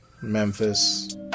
Memphis